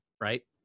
right